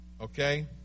Okay